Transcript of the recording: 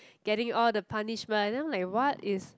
getting all the punishment then I'm like what is